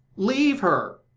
leave her.